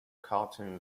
cartoon